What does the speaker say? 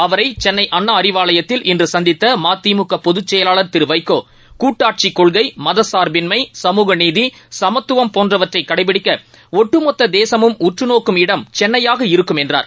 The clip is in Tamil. அவரைசென்னைஅண்ணாஅறிவாலயத்தில் இன்றுசந்தித்தமதிமுகபொதுச் செயலாளர் திருவைகோ கூட்டாட்சிகொள்கை மதசார்பின்மை சமூக நீதி சமத்துவம் போன்றவற்றைகடைபிடிக்கஒட்டுமொத்ததேசமும் உற்றுநோக்கும் இடம் சென்னையாக இருக்கும் என்றார்